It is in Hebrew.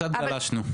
קצת גלשנו.